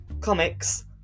comics